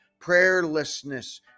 prayerlessness